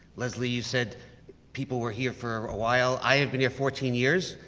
leslie you said people were here for a while. i have been here fourteen years.